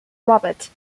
robert